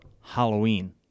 Halloween